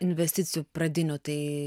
investicijų pradinių tai